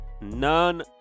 none